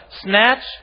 Snatch